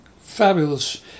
fabulous